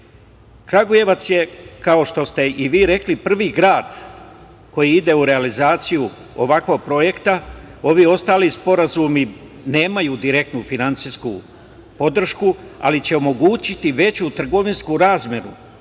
zemlje. Kragujevac je, kao što ste i vi rekli, prvi grad koji ide u realizaciju ovakvog projekta. Ovi ostali sporazumi nemaju direktnu finansijsku podršku, ali će omogućiti veću trgovinsku razmenu